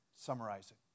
summarizing